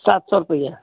ਸੱਤ ਸੌ ਰੁਪਈਆ